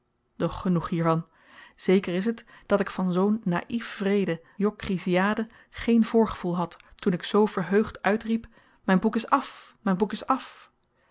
doch genoeg hiervan zéker is t dat ik van zoo'n naïf wreede jokrissiade geen voorgevoel had toen ik zoo verheugd uitriep m'n boek is af m'n boek is af